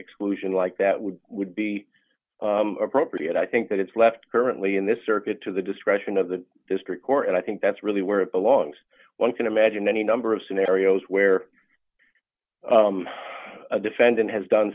exclusion like that would would be appropriate i think that it's left currently in this circuit to the discretion of the district court and i think that's really where it belongs one can imagine any number of scenarios where defendant has done